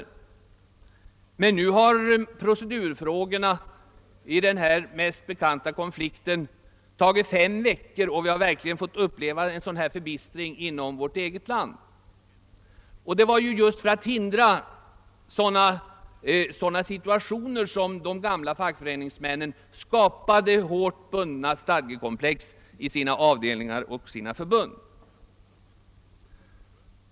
Nu har emellertid procedurfrågorna i denna vår mest bekanta konflikt tagit fem veckor och vi har fått uppleva en sådan förbistring inom vårt eget land. Det var just för att hindra uppkomsten av sådana situationer som de gamla fackföreningsmännen skapade bundna stadgekomplex inom sina avdelningar och inom sina förbund.